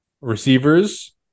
Receivers